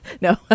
no